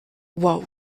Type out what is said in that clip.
what